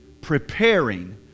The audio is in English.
preparing